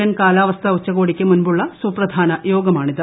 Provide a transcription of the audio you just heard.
N കാലാവസ്ഥഉച്ചകോടിക്ക് മുൻപുളള സുപ്രധാന യോഗമാണിത്